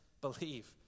believe